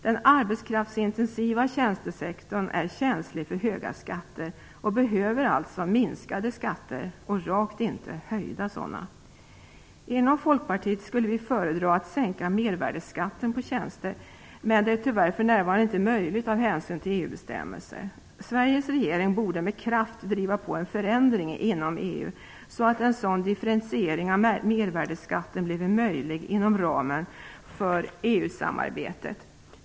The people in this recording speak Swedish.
Den arbetskraftsintensiva tjänstesektorn är känslig för höga skatter och behöver alltså minskade skatter och rakt inga höjda. Inom Folkpartiet skulle vi föredra att sänka mervärdesskatten på tjänster, men detta är för närvarande tyvärr inte möjligt av hänsyn till EU-bestämmelser. Sveriges regering borde med kraft driva på en förändring inom EU, så att en sådan differentiering av mervärdesskatten blev möjlig inom ramen för EU samarbetet.